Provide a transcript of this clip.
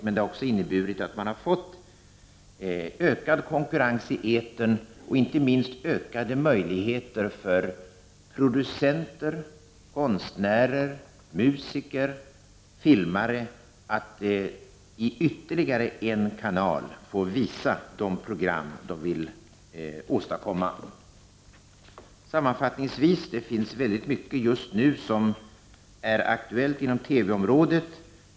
Men det har också inneburit att man har fått ökad konkurrens i etern och inte minst ökade möjligheter för producenter, konstnärer, musiker och filmare att i yttelrigare en kanal få visa sina program. Sammanfattningsvis är det just nu väldigt mycket som är aktuellt inom TV-området.